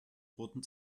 roten